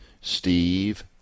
Steve